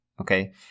Okay